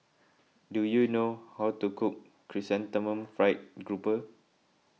do you know how to cook Chrysanthemum Fried Grouper